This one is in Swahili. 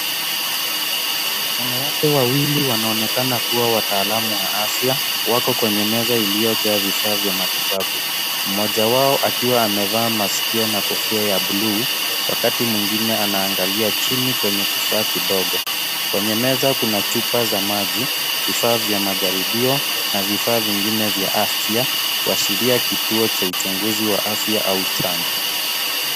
Wanawake wawili wanaonekana kuwa wataalamu wa afya wako kwenye meza iliyojaa vifaa vya matibabu. Mmoja wao akiwa amevaa maski na kofia ya bluu wakati mwingine anaangalia chini kwenye kifaa kidogo. Kwenye meza, kuna chupa za maji, vifaa vya majaribio na vifaa vingine vya afya kuashiria kituo cha uchunguzi wa afya au chanjo.